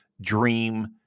dream